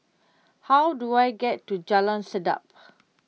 how do I get to Jalan Sedap